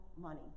money